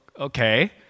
Okay